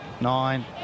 nine